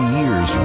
years